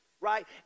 right